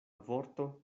vorto